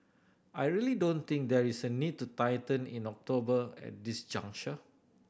I really don't think there is a need to tighten in October at this juncture